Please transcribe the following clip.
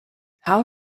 how